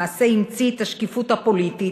למעשה המציא את השקיפות הפוליטית,